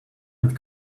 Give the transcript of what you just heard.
and